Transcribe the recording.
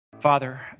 Father